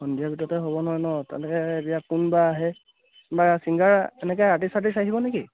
সন্ধিয়াৰ ভিতৰতে হ'ব নহয় নহ্ তেনেকৈ এতিয়া কোনবা আহে বা চিংগাৰ এনেকৈ আৰ্টিচ চাটিচ আহিব নে কি